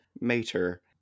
Mater